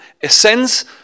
ascends